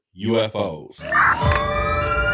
ufos